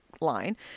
line